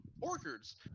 orchards